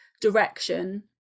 direction